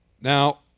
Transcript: Now